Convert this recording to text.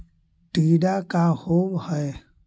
टीडा का होव हैं?